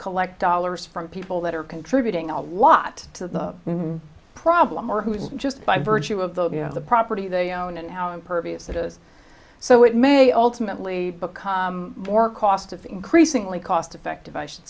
collect dollars from people that are contributing a lot to the problem or who is just by virtue of those who have the property they own and how impervious that is so it may ultimately become more cost of increasingly cost effective i should